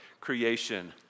creation